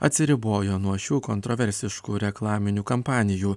atsiribojo nuo šių kontroversiškų reklaminių kampanijų